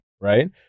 right